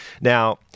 Now